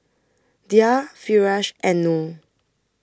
Dhia Firash and Noh